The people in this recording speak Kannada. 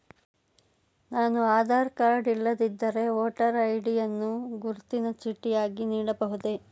ನಾನು ಆಧಾರ ಕಾರ್ಡ್ ಇಲ್ಲದಿದ್ದರೆ ವೋಟರ್ ಐ.ಡಿ ಯನ್ನು ಗುರುತಿನ ಚೀಟಿಯಾಗಿ ನೀಡಬಹುದೇ?